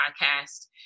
podcast